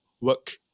work